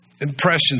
impressions